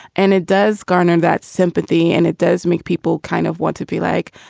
and it does garner that sympathy. and it does make people kind of want to be like,